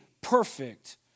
perfect